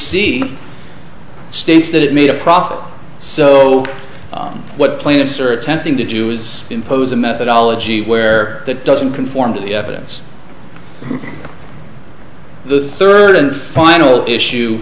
c states that it made a profit so what plaintiffs are attempting to do is impose a methodology where that doesn't conform to the evidence the third and final issue